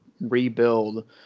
rebuild